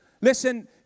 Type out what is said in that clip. Listen